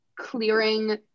clearing